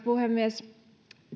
puhemies